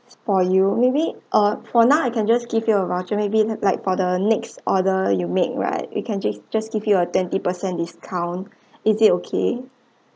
for you maybe uh for now I can just give you a voucher maybe like for the next order you make right you can just just give you a twenty percent discount is it okay